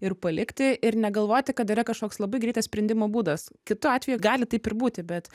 ir palikti ir negalvoti kad yra kažkoks labai greitas sprendimo būdas kitu atveju gali taip ir būti bet